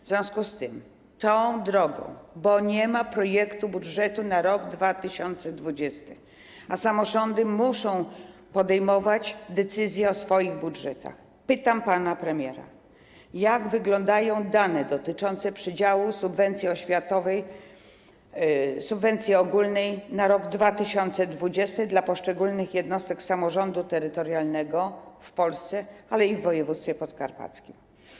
W związku z tym tą drogą, bo nie ma projektu budżetu na rok 2020, a samorządy muszą podejmować decyzje o swoich budżetach, pytam pana premiera: Jak wyglądają dane dotyczące przydziału subwencji ogólnej na rok 2020 dla poszczególnych jednostek samorządu terytorialnego w Polsce, ale i w województwie podkarpackim?